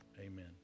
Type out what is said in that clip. amen